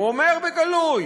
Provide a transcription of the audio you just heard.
הוא אומר בגלוי: